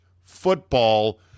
football